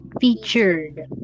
Featured